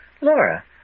Laura